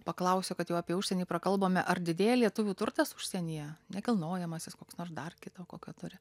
paklausiu kad jau apie užsienį prakalbome ar didėja lietuvių turtas užsienyje nekilnojamąsis koks nors dar kito kokio turi